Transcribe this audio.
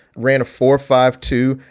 ran a four five two.